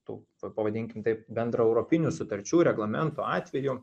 tų pavadinkim taip bendraeuropinių sutarčių reglamentų atveju